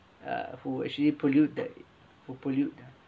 uh who actually pollute the who pollute the